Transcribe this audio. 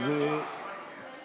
אמרתי בעד.